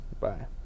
Bye